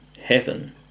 heaven